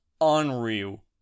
unreal